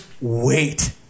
wait